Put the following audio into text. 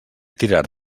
tirar